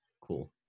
cool